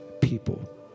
people